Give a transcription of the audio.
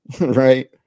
right